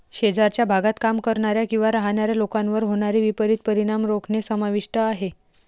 शेजारच्या भागात काम करणाऱ्या किंवा राहणाऱ्या लोकांवर होणारे विपरीत परिणाम रोखणे समाविष्ट आहे